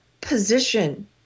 position